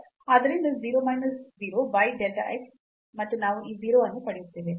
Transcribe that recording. ಆದ್ದರಿಂದ 0 minus 0 by delta x ಮತ್ತು ನಾವು ಈ 0 ಅನ್ನು ಪಡೆಯುತ್ತೇವೆ